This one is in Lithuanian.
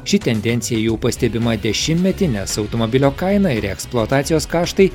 ši tendencija jau pastebima dešimtmetį nes automobilio kaina ir eksploatacijos kaštai